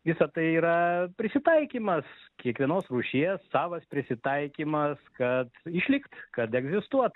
visa tai yra prisitaikymas kiekvienos rūšies savas prisitaikymas kad išlikt kad egzistuot